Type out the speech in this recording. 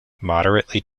moderately